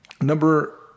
number